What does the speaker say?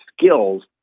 skills